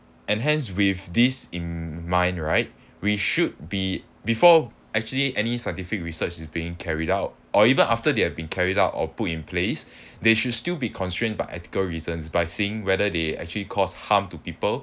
and hence with this in mind right we should be before actually any scientific research is being carried out or even after they have been carried out or put in place they should still be constrained by ethical reasons by seeing whether they actually cause harm to people